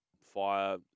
fire